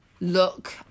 look